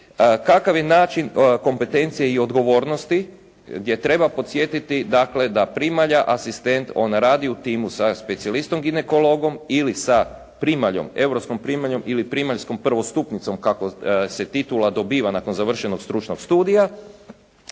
kakav je način kompetencije i odgovornosti gdje treba podsjetiti dakle da primalja – asistent on radi u timu sa specijalistom ginekologom ili sa primaljom, europskom primaljom ili primaljskom prvostupnicom kako se titula dobiva nakon završenog stručnog studija.